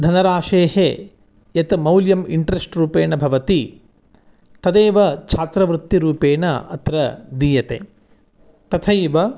धनराशेः यत् मौल्यम् इण्ट्रेस्ट् रूपेण भवति तदेव छात्रवृत्तिरूपेण अत्र दीयते तथैव